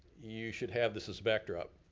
you should have this as a backdrop.